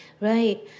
Right